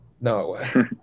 No